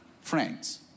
friends